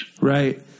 Right